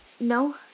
No